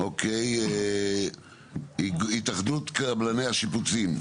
אוקיי, התאחדות קבלני השיפוצים.